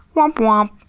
womp wommmp,